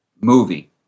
movie